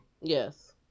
Yes